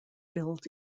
built